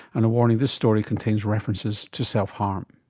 and a warning, this story contains references to self-harm.